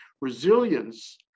resilience